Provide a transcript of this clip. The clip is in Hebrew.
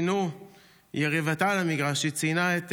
יריבתה למגרש, ציינה,